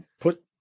put